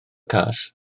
cas